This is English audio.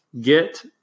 get